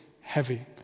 heavy